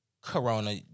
corona